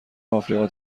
آفریقا